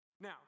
Now